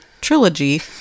trilogy